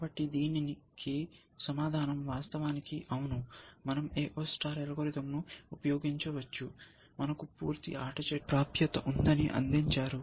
కాబట్టి దీనికి సమాధానం వాస్తవానికి అవును మనం AO అల్గోరిథంను ఉపయోగించవచ్చు మనకు పూర్తి ఆట చెట్టుకు ప్రాప్యత ఉందని అందించారు